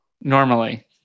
Normally